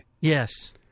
Yes